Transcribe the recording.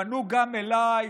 פנו גם אליי,